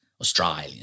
Australian